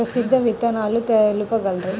ప్రసిద్ధ విత్తనాలు తెలుపగలరు?